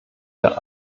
der